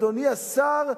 אדוני השר,